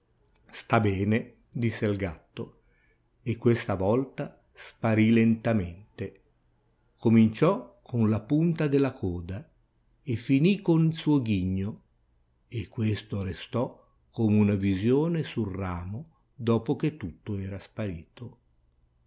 sta bene disse il gatto e questa volta sparì lentamente cominciò con la punta della coda e finì col suo ghigno e questo restò come una visione sul ramo dopo che tutto era sparito